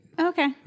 Okay